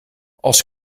als